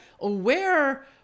aware